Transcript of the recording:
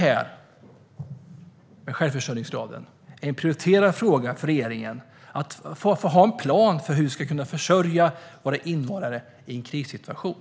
Är självförsörjningsgraden en prioriterad fråga för regeringen - att ha en plan för hur vi ska försörja våra invånare i en krissituation?